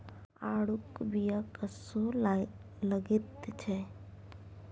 आड़ूक बीया कस्सो लगैत छै